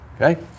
Okay